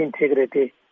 integrity